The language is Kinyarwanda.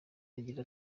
agira